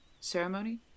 ceremony